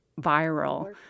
viral